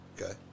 Okay